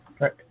Right